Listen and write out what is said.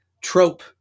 trope